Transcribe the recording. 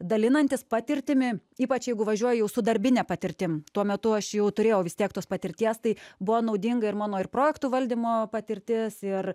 dalinantis patirtimi ypač jeigu važiuoji jau su darbine patirtim tuo metu aš jau turėjau vis tiek tos patirties tai buvo naudinga ir mano ir projektų valdymo patirtis ir